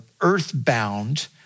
earthbound